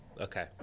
Okay